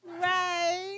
Right